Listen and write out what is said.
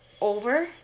over